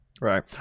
Right